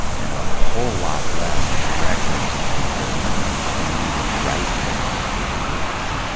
and a whole lot less directly to the people who need it right now to pay their bills.